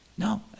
No